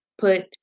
put